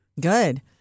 Good